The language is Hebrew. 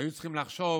היו צריכים לחשוב